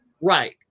Right